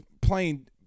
playing –